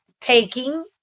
taking